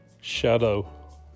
Shadow